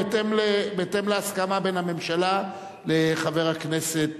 בהתאם להסכמה בין הממשלה לחבר הכנסת